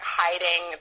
hiding